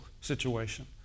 situation